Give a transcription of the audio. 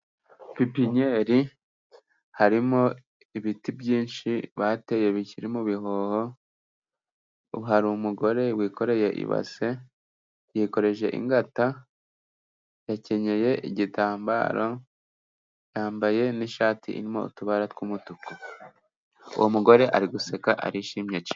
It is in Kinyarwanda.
Pipinnyeri harimo ibiti byinshi bateye bikiri mu bihuho, hari umugore wikoreye ibase yikoreje ingata, yakenyeye igitambaro, yambaye n'ishati irimo utubara tw'umutuku, uwo mugore ari guseka arishimye.